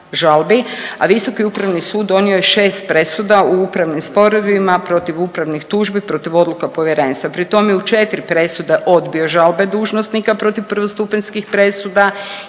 a Visoki upravni sud donio je 6 presuda u upravnim sporovima protiv upravnih tužbi protiv odluka Povjerenstva, pri tome je u 4 presude odbio žalbe dužnosnika protiv prvostupanjskih presuda,